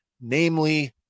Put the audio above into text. namely